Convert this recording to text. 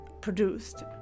produced